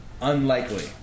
Unlikely